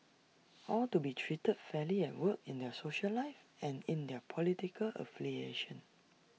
all to be treated fairly at work in their social life and in their political affiliations